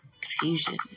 confusion